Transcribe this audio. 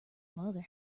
mother